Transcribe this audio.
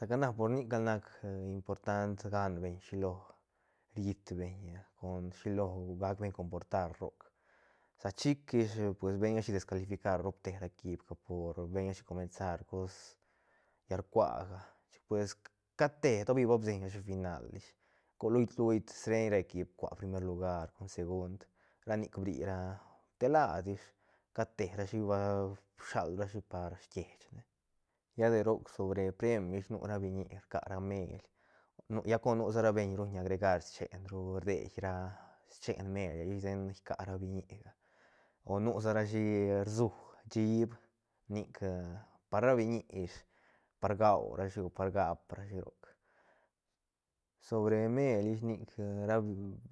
Saca na por nic gal nac important ganbeñ shilo riitbeñ con shilo gacbeñ comportar roc sa chic ish pues bein rashi descalificar rop te ra equip por beñrashi comensar cos llal rcuaga chic pues cat te tovi ba biseñrashi final ish col luit luit srein ra equip cua primer lugar con segund ra nic brira te lad ish cat te rashi va bisalrashi par kiechne lla de roc sobre preim ish nu ra biñi rca ra meil nu lla cor nu sa ra beiñ ni ruñ agregar chen ru rdei ra schen meil ish ten kia ra biñiga o nu sarashi rsu chiib nic par ra biñi ish par guarashi o par gap rashi roc sobre meil ish nic ra-